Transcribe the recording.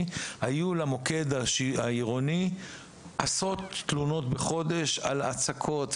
היו למוקד העירוני עשרות תלונות בחודש על הצקות,